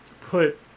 put